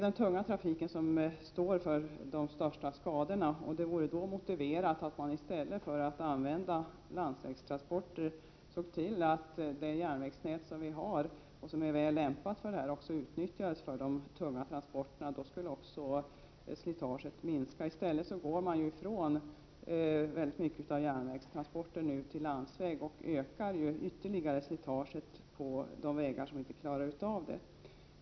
Den tunga trafiken står för de största skadorna, och det vore då motiverat att man, i stället för att använda landsvägstransporter, såg till att det järnvägsnät som vi har och som är väl lämpat för detta också utnyttjades för de tunga transporterna. Då skulle också slitaget på vägarna minska. Men i stället går man i stor utsträckning över från järnvägstransport till landsvägstransport, vilket innebär en ytterligare ökning av slitaget på vägar som kanske inte klarar av det.